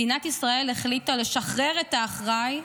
מדינת ישראל החליטה לשחרר את האחראי,